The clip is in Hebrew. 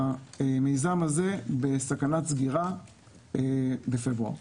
המיזם הזה בסכנת סגירה בפברואר.